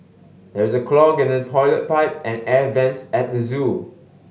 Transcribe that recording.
there is a clog in the toilet pipe and air vents at the zoo